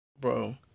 bro